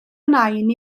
nain